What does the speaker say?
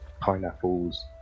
pineapples